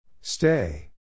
Stay